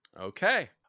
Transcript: Okay